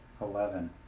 Eleven